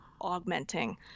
augmenting